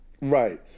Right